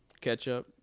ketchup